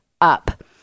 Up